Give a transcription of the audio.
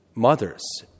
Mothers